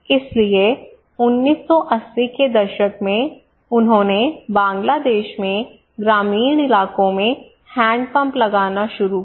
इसलिए 1980 के दशक में उन्होंने बांग्लादेश में ग्रामीण इलाकों में हैंडपंप लगाना शुरू किया